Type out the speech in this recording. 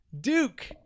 Duke